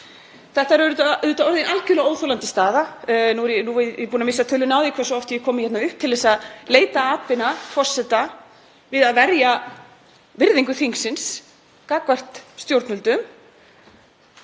Þetta er auðvitað orðin algerlega óþolandi staða. Nú er ég búin að missa töluna á því hversu oft ég komið hingað upp til að leita atbeina forseta við að verja virðingu þingsins gagnvart stjórnvöldum